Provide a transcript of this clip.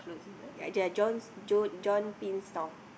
ya they are John's John Tin stall